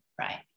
right